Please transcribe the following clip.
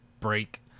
break